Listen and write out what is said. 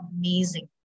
amazing